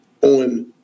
on